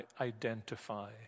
identify